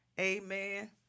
Amen